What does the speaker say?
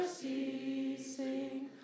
ceasing